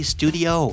Studio